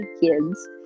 kids